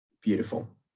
beautiful